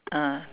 ah